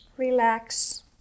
Relax